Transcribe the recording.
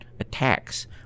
attacks